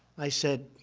i said,